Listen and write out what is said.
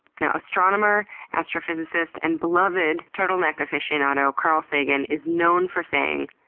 you know astronomer, astrophysicist, and beloved turtleneck aficionado, carl sagan, is known for saying,